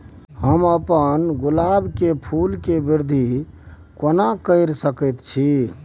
हम अपन गुलाब के फूल के वृद्धि केना करिये सकेत छी?